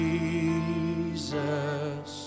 Jesus